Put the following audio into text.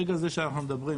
ברגע זה שאנחנו מדברים,